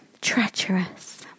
treacherous